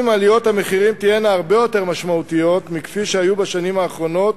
אם עליות המחירים תהיינה הרבה יותר משמעותיות מכפי שהיה בשנים האחרונות,